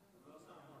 בוקר טוב,